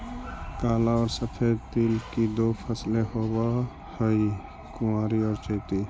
काला और सफेद तिल की दो फसलें होवअ हई कुवारी और चैती